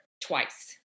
twice